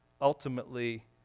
ultimately